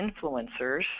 influencers